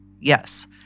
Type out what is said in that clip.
Yes